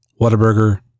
Whataburger